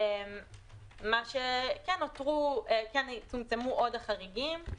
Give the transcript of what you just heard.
מה שכן, צומצמו עוד חריגים.